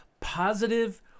positive